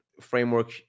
framework